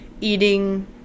eating